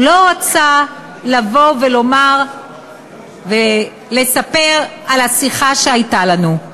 לא רצה לבוא ולומר ולספר על השיחה שהייתה לנו.